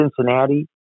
Cincinnati